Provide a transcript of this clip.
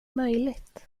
möjligt